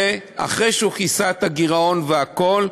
ואחרי שהוא כיסה את הגירעון והכול,